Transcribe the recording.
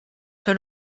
que